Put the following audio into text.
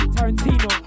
Tarantino